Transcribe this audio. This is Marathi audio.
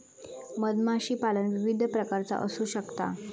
मधमाशीपालन विविध प्रकारचा असू शकता